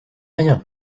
rien